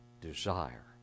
desire